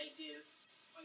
ideas